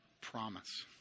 promise